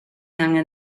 angen